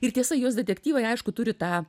ir tiesa jos detektyvai aišku turi tą